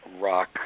Rock